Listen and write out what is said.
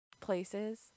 places